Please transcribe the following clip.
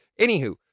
Anywho